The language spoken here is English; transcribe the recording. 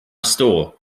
store